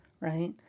right